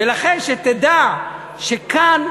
ולכן שתדע שכאן,